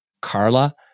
Carla